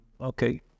Okay